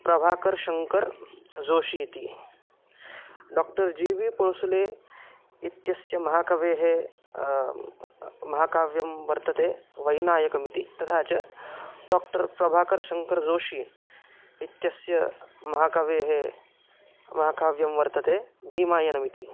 प्रभाकरशङ्करजोशी इति doctor G V Polsule इत्यस्य महाकवेः महाकाव्यं वर्तते वैनायकमिति तथा च डाक्टर् प्रभाकरशङ्करजोशी इत्यस्य महाकवेः महाकाव्यं वर्तते भीमायनमिति